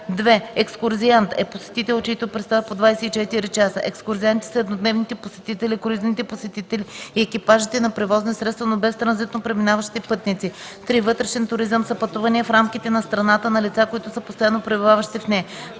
2. „Екскурзиант” е посетител, чийто престой е под 24 часа. Екскурзианти са еднодневните посетители, круизните посетители и екипажите на превозни средства, но без транзитно преминаващите пътници. 3. „Вътрешен туризъм” са пътувания в рамките на страната на лица, които са постоянно пребиваващи в нея.